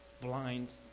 blind